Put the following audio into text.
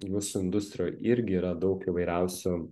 jūsų industrijoj irgi yra daug įvairiausių